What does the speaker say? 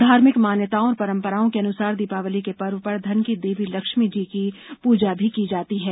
धार्मिक मान्यताओं और परंपराओं के अनुसार दीपावली के पर्व पर धन की देवी लक्ष्मी जी की पूजा भी की जाती है